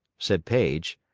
said paige.